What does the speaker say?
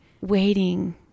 waiting